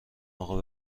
اقا